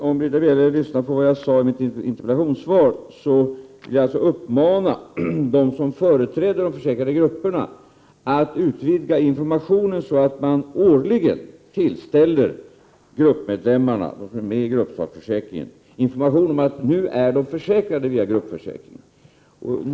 Om Britta Bjelle lyssnade på det jag sade i mitt interpellationssvar, vet hon att jag vill uppmana dem som företräder de försäkrade grupperna att utvidga informationen så att man årligen tillställer gruppmedlemmarna, de som är med i gruppsakförsäkringen, information om att nu är de försäkrade via gruppförsäkringen.